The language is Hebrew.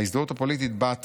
ההזדהות הפוליטית באה תחילה,